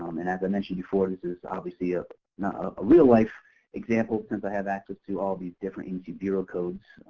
um and as i mentioned before, this is obviously ah not a real life example since i have access to all of these different agency bureau codes,